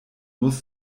muss